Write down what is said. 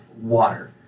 water